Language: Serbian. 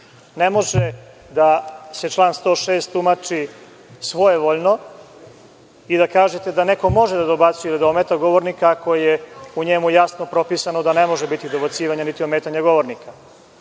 može da se član 106. tumači svojevoljno i da kažete da neko može da dobacuje i da ometa govornika, ako je u njemu jasno propisano da ne može biti dobacivanja niti ometanja govornika.